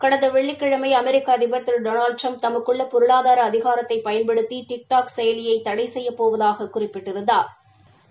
கடந்த வெள்ளிக்கிழமை அமெரிக்க அதிபர் திரு டொனால்டு ட்டிரம்ப் தனக்குள்ள பொருளாதார அதிகாரத்தை பயன்படுத்தி டிக்டாக் செயலியை தடை செய்ய போவதாக குறிப்பிட்டிருந்தாா்